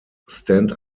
stand